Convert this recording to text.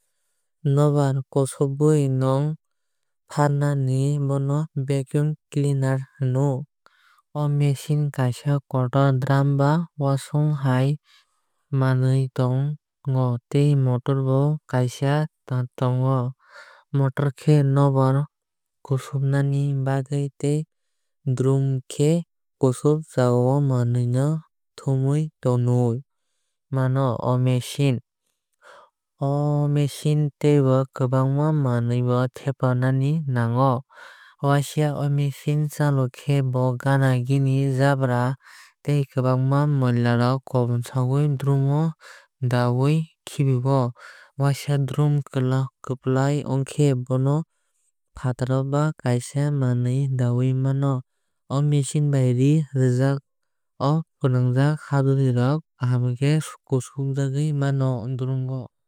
Nokbar kusubui nog farnaino bono vacuum cleaner hino. O machine kaaisa kotor drum ba wasung hai manwui tongo tei motor bo kaaisa tongo. Motor khe nokbar kusubnani bagwui tei drum khe kusubjag manui no thumui tonoi mano on machine. O machine o teibo kwbangma manwui bo thepanani nango. Waisa o machine chalog khe bo gana gini jabra tei kwbangma moila rok kusubui drum o da ui khibo. Waisa drum kwplung onkhe bono fataro ba kaaisa mawnui daui mano. O machine bai ree rwja o kwfajak hadului no kaham khe kusubui mano o drumo.